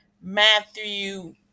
Matthew